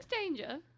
Danger